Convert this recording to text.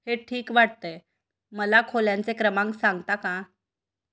हे ठीक वाटतंय मला खोल्यांचे क्रमांक सांगता का